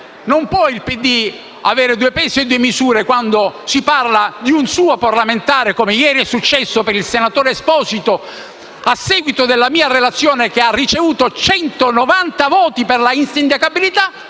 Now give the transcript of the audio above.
stamattina - abbia due pesi e due misure quando si parla di un suo parlamentare - come ieri è successo per il senatore Esposito, a seguito della mia relazione, che ha ricevuto 190 voti per l'insindacabilità